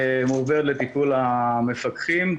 מועברת לטיפול המפקחים.